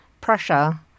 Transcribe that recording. Prussia